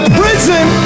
prison